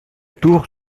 tour